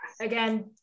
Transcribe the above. Again